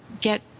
get –